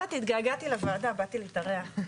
באתי, התגעגעתי לוועדה, באתי להתארח.